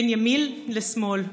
בין ימין לשמאל,